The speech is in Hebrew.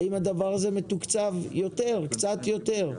האם הדבר הזה מתוקצב יותר, קצת יותר?